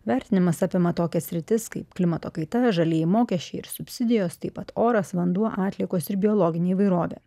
vertinimas apima tokias sritis kaip klimato kaita žalieji mokesčiai ir subsidijos taip pat oras vanduo atliekos ir biologinė įvairovė